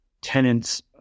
tenants